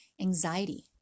anxiety